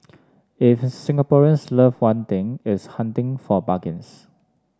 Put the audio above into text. if Singaporeans love one thing it's hunting for bargains